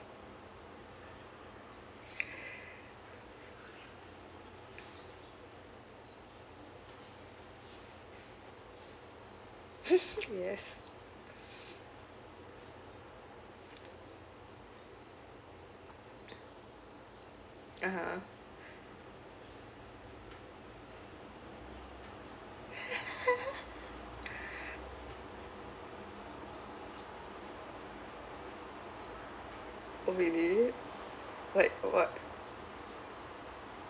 yes (uh huh) oh really like what